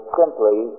simply